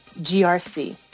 grc